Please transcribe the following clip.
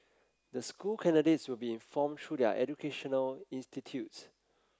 the school candidates will be informed through their educational institutes